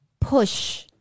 push